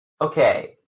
Okay